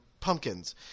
pumpkins